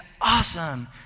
Awesome